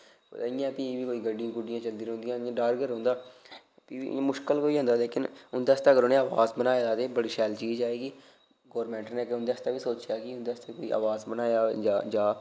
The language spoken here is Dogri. कुतै इ'यां फ्ही बी कोई गड्डी गुड्डियां चलदियां रौंह्दियां इ'यां डर गै रौंह्दा फ्ही बी मुश्कल गै होई जंदा लेकिन उं'दे आस्तै अगर उ'नें आवास बनाए दा ते बड़ी शैल चीज ऐ कि गोरमैंट ने उं'दे आस्तै बी सोचेआ कि उं'दे आस्तै बी आवास बनाया जा जा